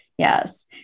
Yes